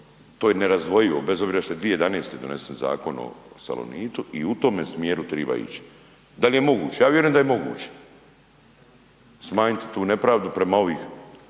To je nerazdvojivo bez obzira što je 2011. donesen zakon o Salonitu i u tome smjeru triba ići. Dal je moguće? Ja vjerujem da je moguće. Smanjit tu nepravdu prema ovih